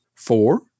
Four